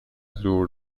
زور